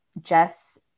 Jess